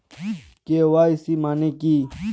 KYC মানে কী?